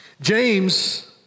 James